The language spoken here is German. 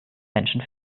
menschen